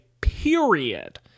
period